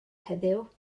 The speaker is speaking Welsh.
heddiw